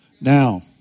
Now